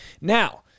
Now